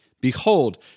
Behold